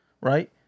right